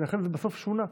ולכן זה בסוף שונה.